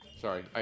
Sorry